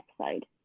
episode